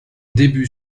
début